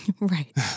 Right